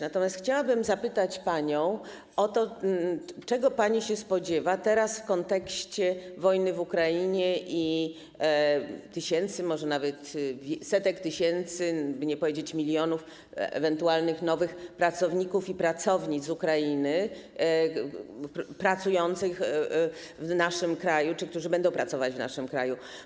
Natomiast chciałabym zapytać panią o to, czego pani się spodziewa teraz w kontekście wojny w Ukrainie i tysięcy, może nawet setek tysięcy, by nie powiedzieć milionów, ewentualnych nowych pracowników i pracownic z Ukrainy pracujących już w naszym kraju czy tych, którzy będą pracować w naszym kraju.